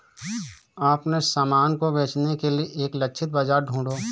अपने सामान को बेचने के लिए एक लक्षित बाजार ढूंढो